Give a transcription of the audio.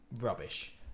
Rubbish